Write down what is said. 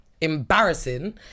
embarrassing